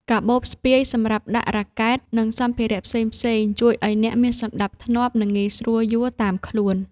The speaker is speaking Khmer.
កាបូបស្ពាយសម្រាប់ដាក់រ៉ាកែត និងសម្ភារៈផ្សេងៗជួយឱ្យអ្នកមានសណ្ដាប់ធ្នាប់ និងងាយស្រួលយួរតាមខ្លួន។